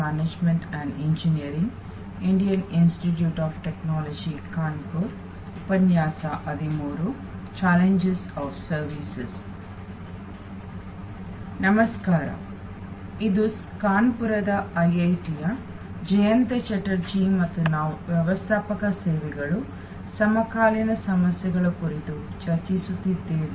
ನಮಸ್ಕಾರ ಇದು ಕಾನ್ಪುರದ ಐಐಟಿಯ ಜಯಂತಾ ಚಟರ್ಜಿ ಮತ್ತು ನಾವು ವ್ಯವಸ್ಥಾಪಕ ಸೇವೆಗಳು ಸಮಕಾಲೀನ ಸಮಸ್ಯೆಗಳು ಕುರಿತು ಚರ್ಚಿಸುತ್ತಿದ್ದೇವೆ